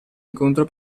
incontro